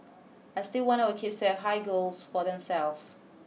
I still want our kids to have high goals for themselves